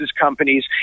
companies